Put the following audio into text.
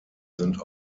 sind